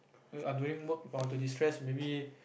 err while during work I want to destress maybe